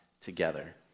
together